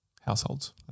households